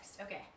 okay